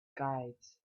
guides